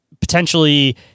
potentially